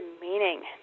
meaning